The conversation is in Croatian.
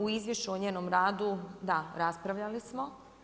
U izvješću o njenom radu, da raspravljali smo.